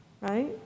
right